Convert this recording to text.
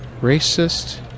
racist